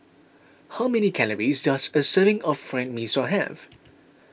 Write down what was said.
how many calories does a serving of Fried Mee Sua have